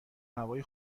هوای